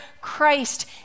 Christ